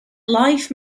life